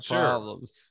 problems